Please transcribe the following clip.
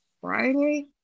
Friday